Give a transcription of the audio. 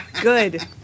Good